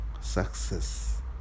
success